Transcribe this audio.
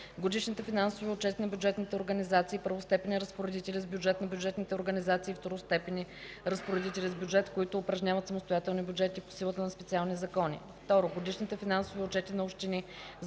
годишните финансови отчети на бюджетните организации – първостепенни разпоредители с бюджет, на бюджетните организации – второстепенни разпоредители с бюджет, които упражняват самостоятелни бюджети по силата на специални закони; 2. годишните финансови отчети на общини,